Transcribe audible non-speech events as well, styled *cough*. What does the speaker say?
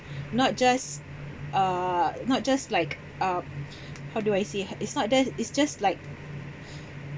not just uh not just like uh *breath* how do I say it's not that's it's just like